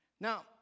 Now